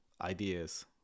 ideas